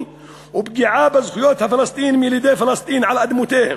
ופגיעה בזכויות הפלסטינים ילידי פלסטין על אדמותיהם.